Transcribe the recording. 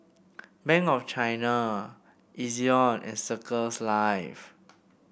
Bank of China Ezion and Circles Life